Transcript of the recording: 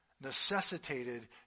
necessitated